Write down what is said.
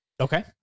Okay